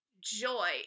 joy